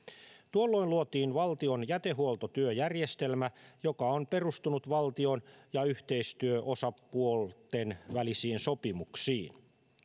tuolloin luotiin valtion jätehuoltotyöjärjestelmä joka on perustunut valtion ja yhteistyöosapuolten välisiin sopimuksiin